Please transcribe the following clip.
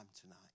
tonight